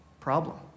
problem